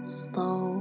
slow